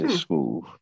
smooth